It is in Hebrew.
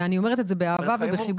אני אומרת את זה באהבה ובחיבוק.